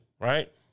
right